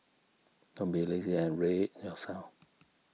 don't be lazy and read yourself